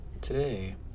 Today